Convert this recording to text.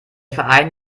verein